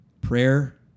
prayer